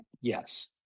yes